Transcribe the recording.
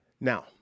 Now